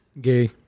Gay